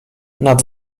nad